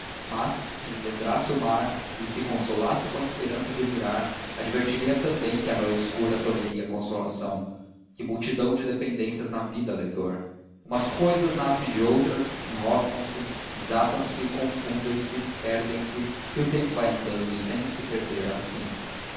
mas se lhe lembrasse o mar e se consolasse com a esperança de o mirar advertiria também que a noite escura tolheria a consolação que multidão de dependências na vida leitor umas cousas nascem de outras enroscam se desatam se confundem se perdem-se e o tempo vai andando sem se perder